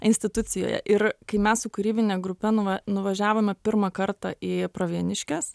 institucijoje ir kai mes su kūrybine grupe nuvažiavome pirmą kartą į pravieniškes